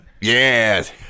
Yes